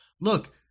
look